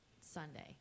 Sunday